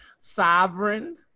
Sovereign